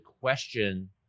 question